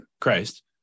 christ